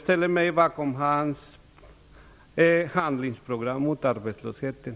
ställer mig bakom arbetsmarknadsministerns handlingsprogram mot arbetslösheten.